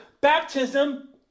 Baptism